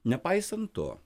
nepaisant to